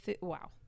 Wow